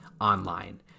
online